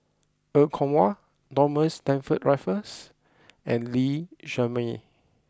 Er Kwong Wah Thomas Stamford Raffles and Lee Shermay